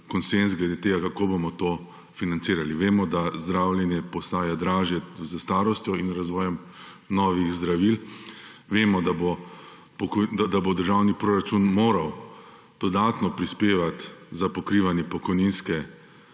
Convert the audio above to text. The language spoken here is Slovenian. konsenz glede tega, kako bomo to financirali. Vemo, da zdravljenje postaja dražje s starostjo in razvojem novih zdravil. Vemo, da bo državni proračun moral dodatno prispevati za pokrivanje pokojninske